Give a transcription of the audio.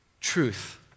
truth